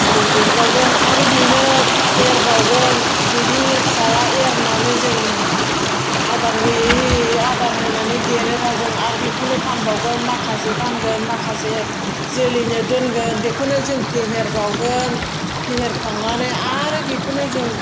बिदै दैबावगोन आरो बेनो एरबावगोन बेनि फिसाया एरनानै जों आदार होयै होयै आदार होनानै देरोबा जों आरो बेखौनो फानबावगोन माखासे फानगोन माखासे जोलैनो दोनगोन बेखौनो जों फेहेरबावगोन फेहेरखांनानै आरो बेखौनो जों